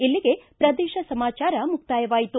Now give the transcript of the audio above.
ಇಲ್ಲಿಗೆ ಪ್ರದೇಶ ಸಮಾಚಾರ ಮುಕ್ತಾಯವಾಯಿತು